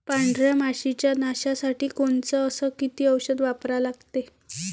पांढऱ्या माशी च्या नाशा साठी कोनचं अस किती औषध वापरा लागते?